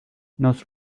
nos